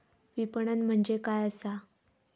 विपणन म्हणजे काय असा?